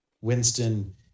Winston